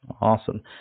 Awesome